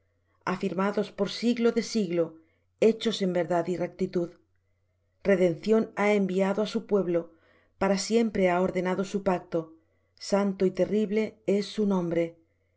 afirmados por siglo de siglo hechos en verdad y en rectitud redención ha enviado á su pueblo para siempre ha ordenado su pacto santo y terrible es su nombre